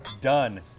done